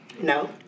No